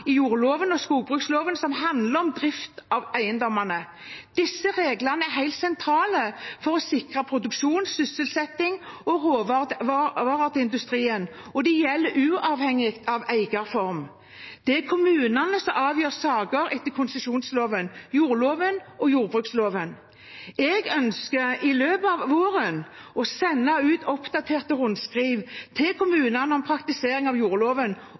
i jordloven og skogbruksloven som handler som drift av eiendommene. Disse reglene er helt sentrale for å sikre produksjon, sysselsetting og råvarer til industrien, og de gjelder uavhengig av eierform. Det er kommunene som avgjør saker etter konsesjonsloven, jordloven og skogbruksloven. Jeg ønsker i løpet av våren å sende ut oppdaterte rundskriv til kommunene om praktisering av jordloven